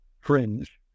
fringe